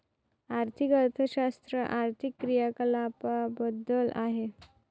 आर्थिक अर्थशास्त्र आर्थिक क्रियाकलापांबद्दल आहे